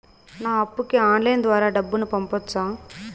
నా అప్పుకి ఆన్లైన్ ద్వారా డబ్బును పంపొచ్చా